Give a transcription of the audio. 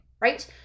right